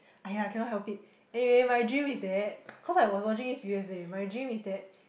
!aiya! cannot help it anyway my dream is that cause I was watching this previous day my dream is that